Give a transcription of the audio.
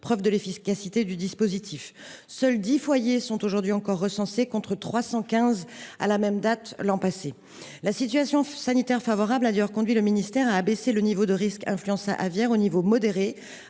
preuve de l’efficacité du dispositif. Seuls dix foyers sont aujourd’hui recensés, contre trois cent quinze à la même date l’an passé. La situation sanitaire favorable a d’ailleurs conduit le ministère à abaisser le risque influenza aviaire à « niveau modéré